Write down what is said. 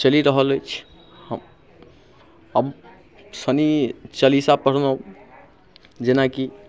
चलि रहल अछि हम हम शनि चालीसा पढ़लहुँ जेनाकि